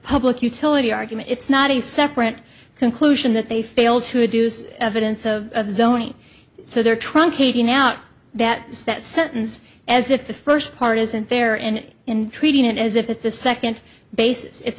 public utility argument it's not a separate conclusion that they failed to reduce evidence of zoning so there truncating out that that sentence as if the first part isn't there and in treating it as if it's a second base it's